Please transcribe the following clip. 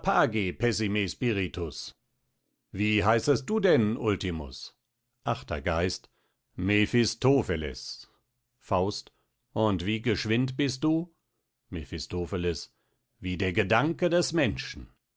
spiritus wie heißest du denn ultimus achter geist mephistopheles faust und wie geschwind bist du mephistopheles wie der gedanke des menschen